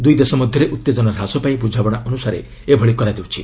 ଦୁଇ ଦେଶ ମଧ୍ୟରେ ଉତ୍ତେଜନା ହ୍ରାସ ପାଇଁ ବୁଝାମଣା ଅନୁସାରେ ଏହା କରାଯାଉଛି